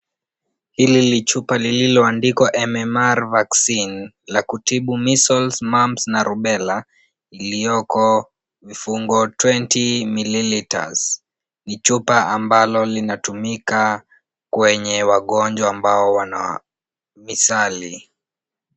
Hili ni chupa lililoandikwa MMR Vaccine la kutibu measles, mumps na rubella iliyoko vifungo 20mililiters . Ni chupa ambalo linatumika kwenye wagonjwa ambao wanamisali .